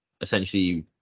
essentially